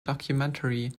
documentary